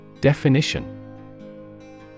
Definition